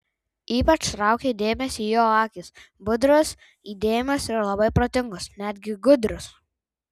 ypač traukė dėmesį jo akys budrios įdėmios ir labai protingos netgi gudrios